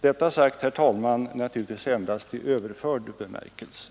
Detta, herr talman, givetvis endast i överförd bemärkelse.